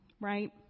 right